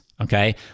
Okay